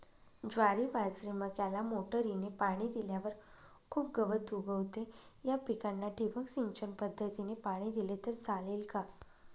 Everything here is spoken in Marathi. ज्वारी, बाजरी, मक्याला मोटरीने पाणी दिल्यावर खूप गवत उगवते, या पिकांना ठिबक सिंचन पद्धतीने पाणी दिले तर चालेल का?